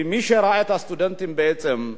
ומי שראה את הסטודנטים בעצם,